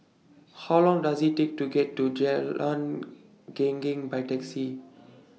How Long Does IT Take to get to Jalan Geneng By Taxi